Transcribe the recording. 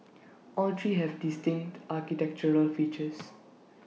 all three have distinct architectural features